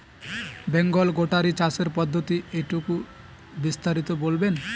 বেঙ্গল গোটারি চাষের পদ্ধতি একটু বিস্তারিত বলবেন?